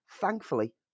Thankfully